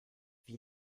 wie